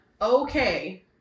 okay